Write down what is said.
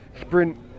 sprint